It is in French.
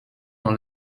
dans